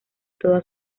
toda